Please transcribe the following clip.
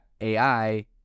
AI